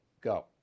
Go